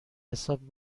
حساب